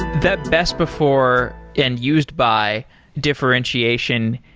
that best before and used by differentiation,